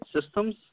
systems